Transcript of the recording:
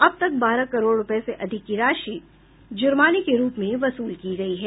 अब तक बारह करोड़ रूपये से अधिक की राशि जुर्माने के रूप में वसूल की गयी है